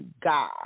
God